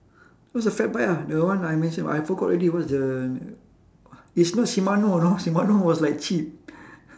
what's the fat bike ah the one I mention [what] I forgot already what's the it's not shimano you know shimano was like cheap